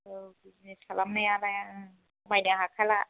औ बिजिनेस खालामनायालाय खमायनो हाखाला